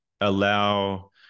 allow